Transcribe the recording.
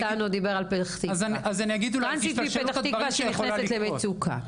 טרנסית מפתח תקווה למשל שנכנסת למצוקה?